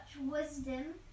wisdom